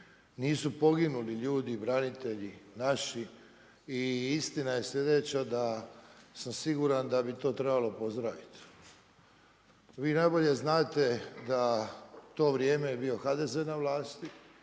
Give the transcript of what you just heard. nisu poginuli ljudi, branitelji naši i istina je slijedeća, da sam siguran da bi to trebalo pozdraviti. Vi najbolje znate da to vrijeme je bio HDZ na vlasti,